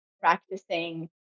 practicing